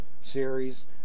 series